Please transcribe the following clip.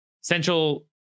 Central